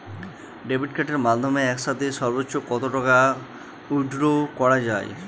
Debit কার্ডের মাধ্যমে একসাথে সর্ব্বোচ্চ কত টাকা উইথড্র করা য়ায়?